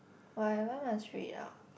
why why must read out